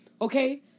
Okay